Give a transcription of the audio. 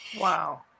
Wow